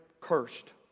cursed